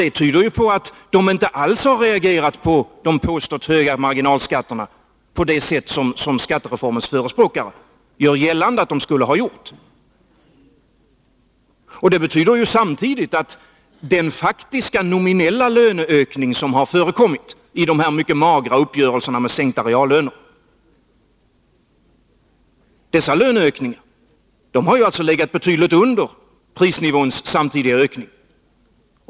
Det tyder på att löntagarna inte alls har reagerat på de påstått höga marginalskatterna på det sätt som skattereformens förespråkare gör gällande att de skulle ha gjort. Det betyder samtidigt att den faktiska nominella löneökning som har förekommit i dessa mycket magra uppgörelser med sänkta reallöner har legat betydligt under prisnivåns samtidiga ökning.